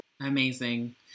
Amazing